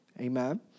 Amen